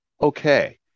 Okay